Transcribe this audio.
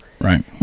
right